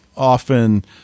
often